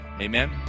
Amen